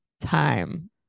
time